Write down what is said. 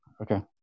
Okay